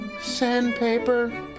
Sandpaper